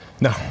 No